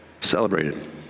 celebrated